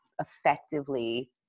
effectively